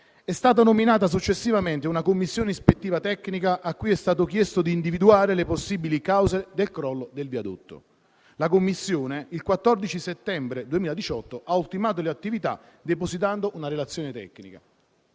È stata nominata successivamente una commissione ispettiva tecnica, a cui è stato chiesto di individuare le possibili cause del crollo del viadotto. La commissione, il 14 settembre 2018, ha ultimato le attività depositando una relazione tecnica.